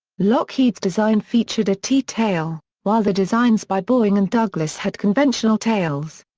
lockheed's design featured a t-tail, while the designs by boeing and douglas had conventional tails.